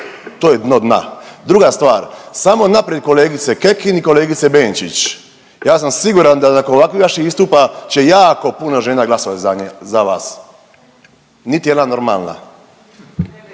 to je dno dna. Druga stvar, samo naprijed kolegice Kekin i kolegice Benčić, ja sam siguran da nakon ovakvih vaših istupa će jako puno žena glasovat za vas, niti jedna normalna.